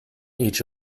each